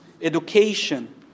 education